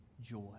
joy